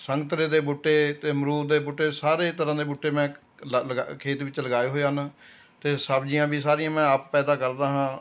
ਅਤੇ ਸੰਤਰੇ ਦੇ ਬੂਟੇ ਅਤੇ ਅਮਰੂਦ ਦੇ ਬੂਟੇ ਸਾਰੇ ਤਰ੍ਹਾਂ ਦੇ ਬੂਟੇ ਮੈਂ ਲਗਾ ਲਗਾ ਖੇਤ ਵਿੱਚ ਲਗਾਏ ਹੋਏ ਹਨ ਅਤੇ ਸਬਜ਼ੀਆਂ ਵੀ ਸਾਰੀਆਂ ਮੈਂ ਆਪ ਪੈਦਾ ਕਰਦਾ ਹਾਂ